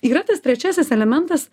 yra tas trečiasis elementas